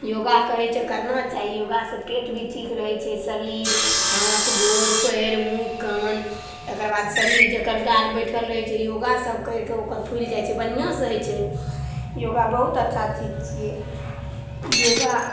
योगा कहै छै करना चाही योगासे पेट भी ठीक रहै छै शरीर हाथ गोर पाएर मुँह कान एकरबाद शरीर जकर गाल बैठल रहै छै योगा सब करिके ओकर फुलि जाइ छै बढ़िआँसे होइ छै योगा बहुत अच्छा चीज छिए योगा